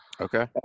okay